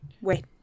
Wait